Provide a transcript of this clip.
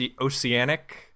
Oceanic